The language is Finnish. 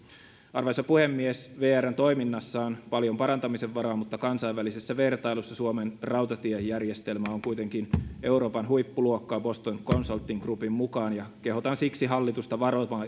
arvoisa puhemies vrn toiminnassa on paljon parantamisen varaa mutta kansainvälisessä vertailussa suomen rautatiejärjestelmä on kuitenkin euroopan huippuluokkaa boston consulting groupin mukaan ja kehotan siksi hallitusta